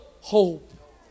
hope